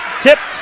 tipped